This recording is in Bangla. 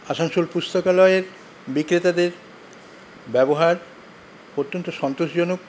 আসানসোল পুস্তকালয়ের বিক্রেতাদের ব্যবহার অত্যন্ত সন্তোষজনক